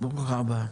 ברוכה הבאה,